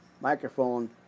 microphone